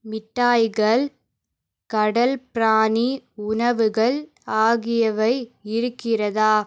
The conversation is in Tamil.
மிட்டாய்கள் கடல் பிராணி உணவுகள் ஆகியவை இருக்கிறதா